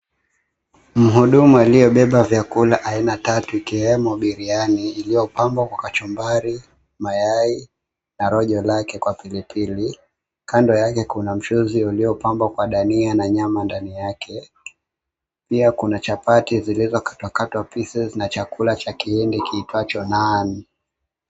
Mhudumu aliyebeba vyakula vya aina tatu ikiwemo biriani iliyopamwa kwa kachumbali, mayai, na rojo lake kwa pilipili. Kando yake kuna mchuzi uliopambwa kwa dania na nyama ndani yake. Pia kuna chapati zilizokatwakatwa pieces na chakula cha kihindi kiitwacho Naan.